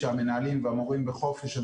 שהמנהלים והמורים בחופש,